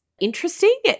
interesting